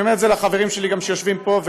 אני אומר את זה לחברים שלי שיושבים פה,